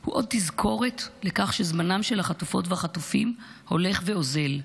הוא עוד תזכורת לכך שזמנם של החטופות והחטופים הולך ואוזל,